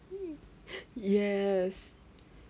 um yes